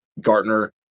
Gartner